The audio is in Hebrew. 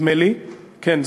כן,